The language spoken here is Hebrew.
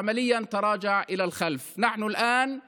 הגענו, )